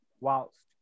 whilst